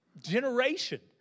generation